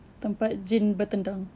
tempat jin bertandang